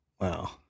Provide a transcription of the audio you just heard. Wow